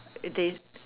they